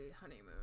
Honeymoon